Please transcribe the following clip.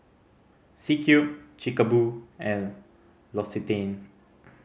C Cube Chic Boo and L'Occitane